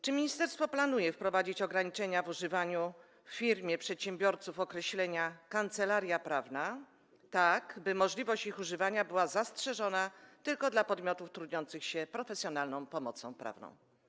Czy ministerstwo planuje wprowadzić ograniczenia w używaniu w firmie przedsiębiorców określenia „kancelaria prawna”, tak by możliwość jego używania była zastrzeżona tylko dla podmiotów trudniących się profesjonalną pomocą prawną?